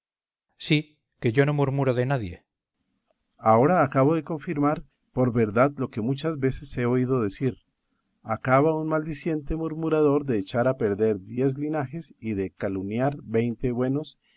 sí que yo no murmuro de nadie berganza ahora acabo de confirmar por verdad lo que muchas veces he oído decir acaba un maldiciente murmurador de echar a perder diez linajes y de caluniar veinte buenos